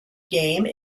game